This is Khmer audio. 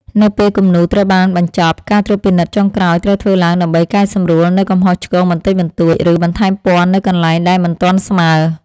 នៅពេលគំនូរត្រូវបានបញ្ចប់ ការត្រួតពិនិត្យចុងក្រោយត្រូវធ្វើឡើងដើម្បីកែសម្រួលនូវកំហុសឆ្គងបន្តិចបន្តួច ឬបន្ថែមពណ៌នៅកន្លែងដែលមិនទាន់ស្មើ។